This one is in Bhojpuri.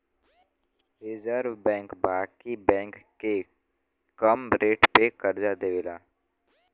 रिज़र्व बैंक बाकी बैंक के कम रेट पे करजा देवेला